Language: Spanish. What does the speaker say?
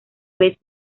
vez